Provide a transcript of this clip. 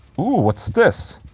ooh, what's this?